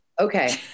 Okay